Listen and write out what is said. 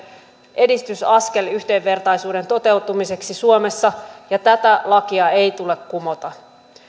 edistysaskel yhdenvertaisuuden toteutumiseksi suomessa ja tätä lakia ei tule kumota